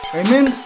amen